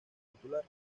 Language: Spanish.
titular